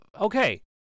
okay